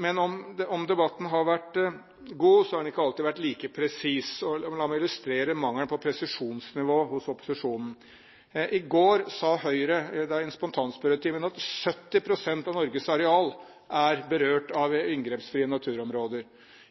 Men om debatten har vært god, har den ikke alltid vært like presis. La meg illustrere mangelen på presisjonsnivå hos opposisjonen. I går sa Høyre i spontanspørretimen at 70 pst. av Norges areal er berørt av inngrepsfrie naturområder.